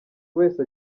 wese